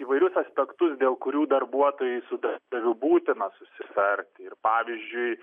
įvairius aspektus dėl kurių darbuotojui su darbdaviu būtina susitarti ir pavyzdžiui